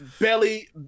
Belly